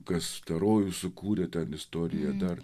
kas tą rojų sukūrė ten istoriją dar